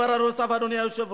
יעבור, אם יעבור,